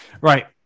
Right